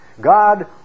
God